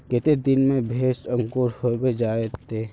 केते दिन में भेज अंकूर होबे जयते है?